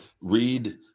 read